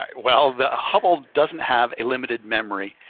um well, the hubble doesn't have a limited memory.